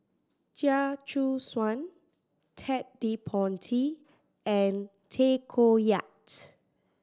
Chia Choo Suan Ted De Ponti and Tay Koh Yat